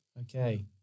Okay